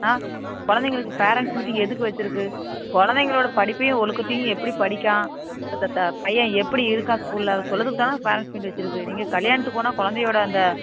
ஆ கொழந்தைங்களுக்கு parents meeting எதுக்கு வச்சுருக்கு கொழந்தைங்களோட படிப்பையும் ஒழுக்கத்தையும் எப்படி படிக்கான் த்ததா பையன் எப்படி இருக்கான் ஸ்கூலில் அது சொல்லுறதுக்கு தானே ஃபேரண்ட்ஸ் மீட் வச்சுருக்கு நீங்கள் கல்யாணத்துக்கு போனால் கொழந்தையோட அந்த